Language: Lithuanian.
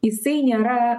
jisai nėra